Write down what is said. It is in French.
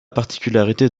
particularité